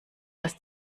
dass